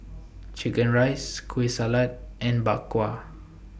Chicken Rice Kueh Salat and Bak Kwa